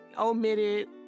omitted